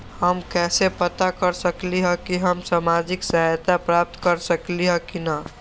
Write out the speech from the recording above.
हम कैसे पता कर सकली ह की हम सामाजिक सहायता प्राप्त कर सकली ह की न?